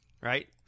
Right